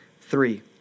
three